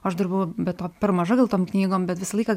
aš dar buvau be to per maža gal tom knygom bet visą laiką